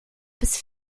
bis